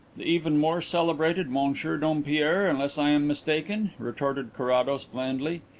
the even more celebrated monsieur dompierre, unless i am mistaken? retorted carrados blandly.